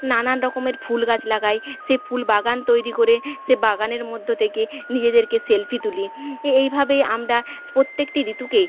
নানান রকমের ফুল গাছ লাগাই সে ফুল বাগান তৈরি করে সে বাগানের মধ্য থেকে নিজেদেরকে সেলফি তুলি এ এইভাবেই আমরা প্রত্যেকটি ঋতুকে